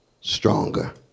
stronger